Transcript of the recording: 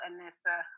Anissa